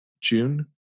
june